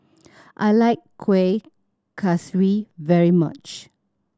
I like Kuih Kaswi very much